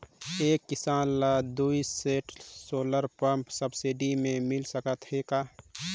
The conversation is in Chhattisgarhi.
एक किसान ल दुई सेट सोलर पम्प सब्सिडी मे मिल सकत हे का?